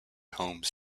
homes